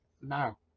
no